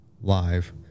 live